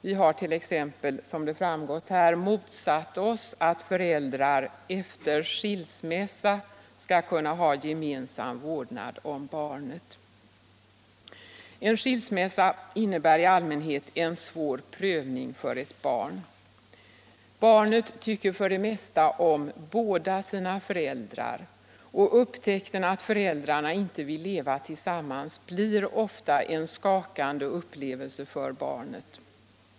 Vi har t.ex. motsatt oss — som framgått här — att föräldrar efter skilsmässa skall kunna ha gemensam vårdnad om barnet. En skilsmässa innebär i allmänhet en svår prövning för ett barn. Barnet tycker för det mesta om båda sina föräldrar, och upptäckten att föräldrarna inte vill leva tillsammans blir ofta en skakande upplevelse för barnet.